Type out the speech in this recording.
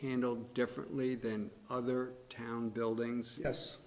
handled differently than other town buildings yes